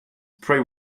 pray